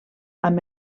amb